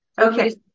Okay